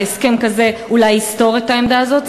והסכם כזה אולי יסתור את העמדה הזאת.